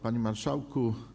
Panie Marszałku!